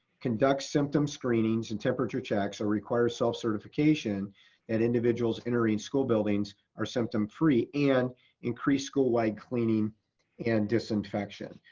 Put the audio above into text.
conduct symptom screenings, and temperature checks, or requires self-certification and individuals entering school buildings are symptom free and increased school-wide cleaning and disinfection.